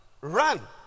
run